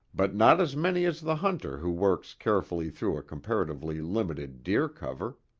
but not as many as the hunter who works carefully through a comparatively limited deer cover.